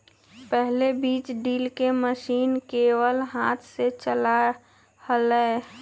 पहले बीज ड्रिल के मशीन केवल हाथ से चला हलय